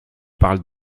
parles